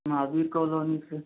Mahavir colony से